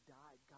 died